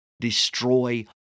destroy